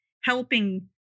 helping